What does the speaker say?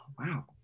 wow